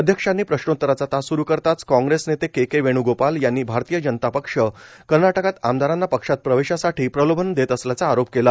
अध्यक्षांनी प्रश्नोत्तराचा तास स्रु करताच काँग्रेस नेते के के वेण़गोपाल यांनी भारतीय जनता पक्ष कर्नाटकात आमदारांना पक्षात प्रवेशासाठी प्रलोभन देत असल्याचा आरोप केला